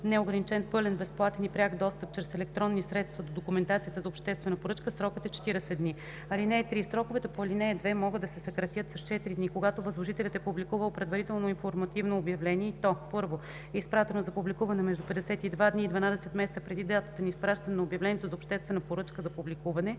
неограничен, пълен, безплатен и пряк достъп чрез електронни средства до документацията за обществената поръчка, срокът е 40 дни. (3) Сроковете по ал. 2 могат да се съкратят с 4 дни, когато възложителят е публикувал предварително информативно обявление и то: 1. е изпратено за публикуване между 52 дни и 12 месеца преди датата на изпращане на обявлението за обществена поръчка за публикуване,